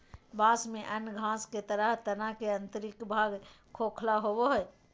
बाँस में अन्य घास के तरह तना के आंतरिक भाग खोखला होबो हइ